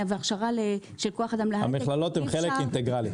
והכשרה --- המכללות הן חלק אינטגרלי.